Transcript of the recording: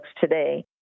today